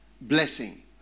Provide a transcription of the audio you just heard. blessing